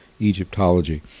Egyptology